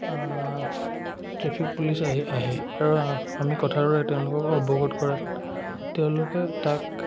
traffic police আহি আহে আৰু আ আমি কথাটো তেওঁলোককো অৱগত কৰাত তেওঁলোকে তাক